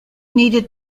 needed